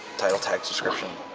title, text, description,